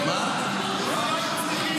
בטח, שום שינוי.